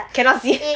cannot see